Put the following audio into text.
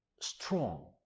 strong